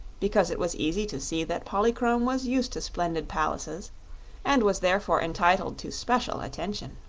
because it was easy to see that polychrome was used to splendid palaces and was therefore entitled to especial attention.